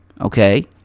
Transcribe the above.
okay